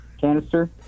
canister